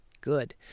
Good